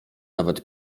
nawet